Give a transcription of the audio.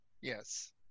yes